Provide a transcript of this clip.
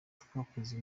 twakoze